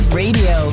radio